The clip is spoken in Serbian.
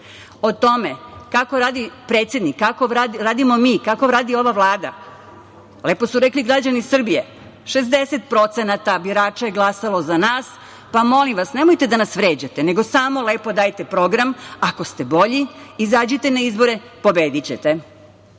tome kako radi predsednik, kako radimo mi, kako radi ova Vlada, lepo su rekli građani Srbije, 60% birača je glasalo za nas, molim vas nemojte da nas vređate, nego samo lepo dajte program. Ako ste bolji, izađite na izbore, pobedićete.A